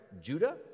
Judah